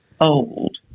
old